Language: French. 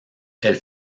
elle